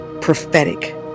prophetic